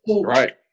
Right